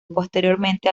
posteriormente